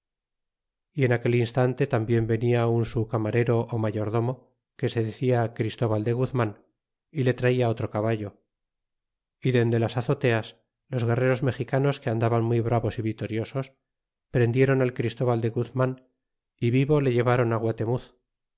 y en aquel instante tanzbien venia un su camarero ó mayordomo que se decia christóbal de guzman y le traia otro caballo y dende las azoteas los guerreros mexicanos que andaban muy bravos y vitoriosos prendieron al christóbal de guzman é vivo le ileváron á guatemuz